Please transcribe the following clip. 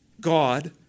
God